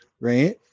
right